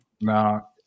now